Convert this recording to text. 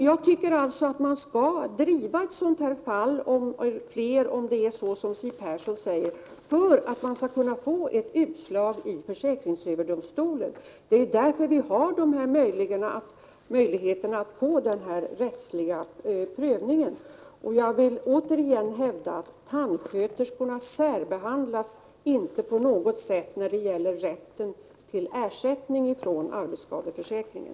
Jag anser att man skall driva ett sådant fall — eller de många fall, som det enligt Siw Persson är fråga om — för att få ett utslag i försäkringsöverdomstolen. Det är ju därför vi har dessa möjligheter att få denna rättsliga prövning. Jag vill återigen hävda att tandsköterskorna inte på något sätt särbehandlas när det gäller rätten till ersättning från arbetsskadeförsäkringen.